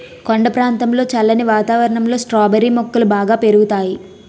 కొండ ప్రాంతంలో చల్లని వాతావరణంలో స్ట్రాబెర్రీ మొక్కలు బాగా పెరుగుతాయి